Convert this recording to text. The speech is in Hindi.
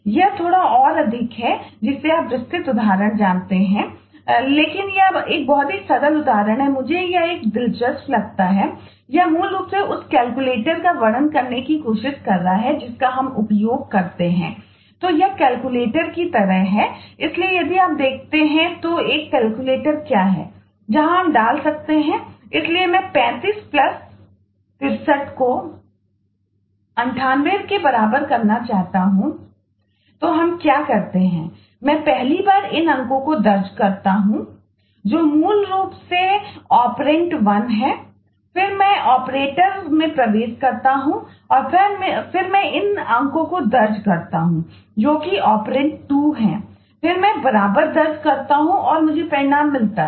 यह थोड़ा और अधिक है जिसे आप विस्तृत उदाहरण जानते हैं लेकिन यह एक बहुत ही सरल उदाहरण है मुझे यह एक दिलचस्प लगता है यह मूल रूप से उस कैलकुलेटर 2 है फिर मैं बराबर दर्ज करता हूं फिर मुझे परिणाम मिलता है